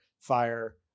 fire